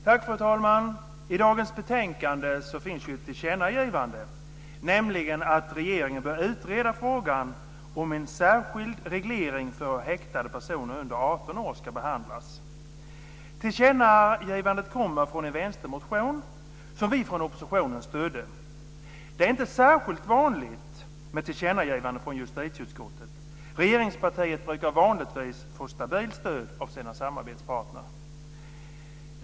Fru talman! I dagens betänkande finns ett tillkännagivande, nämligen att regeringen bör utreda frågan om en särskild reglering för hur häktade personer under 18 år ska behandlas. Tillkännagivandet kommer från en vänstermotion som vi från oppositionen stödde. Det är inte särskilt vanligt med ett tillkännagivande från justitieutskottet. Regeringspartiet brukar vanligtvis få stabilt stöd av sina samarbetspartner.